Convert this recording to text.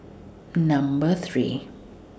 Number three